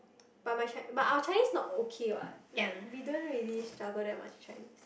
but my Chi~ but our Chinese not okay what like we don't really struggle that much with Chinese